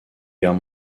guerre